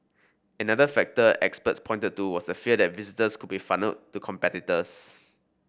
another factor experts pointed to was the fear that visitors could be funnelled to competitors